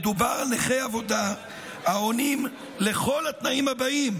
מדובר על נכי עבודה העונים על כל התנאים הבאים: